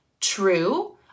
true